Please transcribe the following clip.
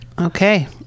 Okay